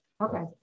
Okay